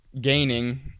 gaining